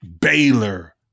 Baylor